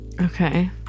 Okay